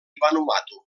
vanuatu